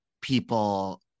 people